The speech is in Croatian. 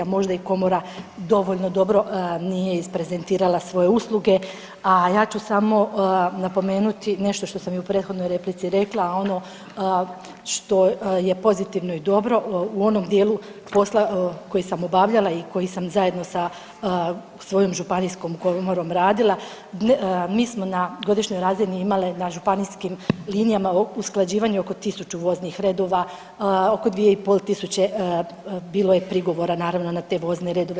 Možda i komora dovoljno dobro nije isprezentirala svoje usluge, a ja ću samo napomenuti nešto što sam i u prethodnoj replici rekla, a ono što je pozitivno i dobro u onom dijelu posla koji sam obavljala i koji sam zajedno sa svojom županijskom komorom radila mi smo na godišnjoj razini imali na županijskim linijama usklađivanje oko tisuću voznih redova, oko dvije i pol tisuće bilo je prigovora naravno na te vozne redove.